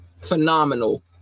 phenomenal